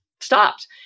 stopped